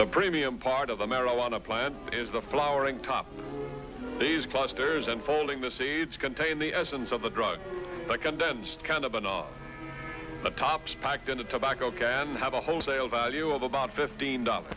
the premium part of a marijuana plant is the flowering top these clusters unfolding the seeds contain the essence of a drug that condensed kind of an off the tops packed into tobacco can have a wholesale value of about fifteen dollar